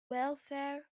welfare